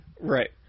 Right